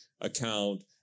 account